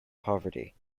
poverty